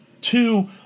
Two